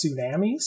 tsunamis